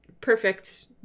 perfect